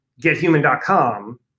gethuman.com